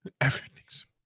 everything's